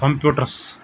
computers